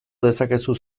dezakezu